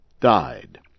died